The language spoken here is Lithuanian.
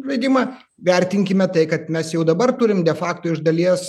žaidimą vertinkime tai kad mes jau dabar turim de fakto iš dalies